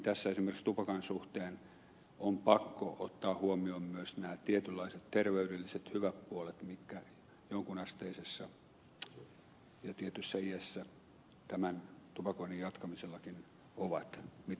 tässä esimerkiksi tupakan suhteen on pakko ottaa huomioon myös nämä tietynlaiset terveydelliset hyvät puolet mitkä jonkun asteisessa ja tietyssä iässä tämän tupakoinnin jatkamisellakin ovat nyt